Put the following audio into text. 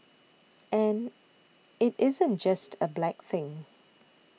and it isn't just a black thing